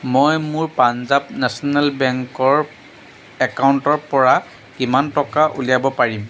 মই মোৰ পাঞ্জাব নেশ্যনেল বেংকৰ একাউণ্টৰ পৰা কিমান টকা উলিয়াব পাৰিম